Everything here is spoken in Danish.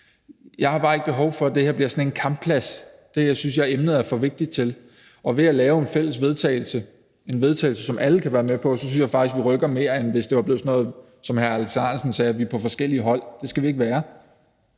Jeg har bare ikke behov for, at det her bliver sådan en kampplads, for det synes jeg at emnet er for vigtigt til. Og ved at lave et fælles forslag til vedtagelse – et forslag til vedtagelse, som alle kan være med på – synes jeg faktisk, at vi rykker mere, end hvis det var blevet sådan noget med at være på forskellige hold, som hr.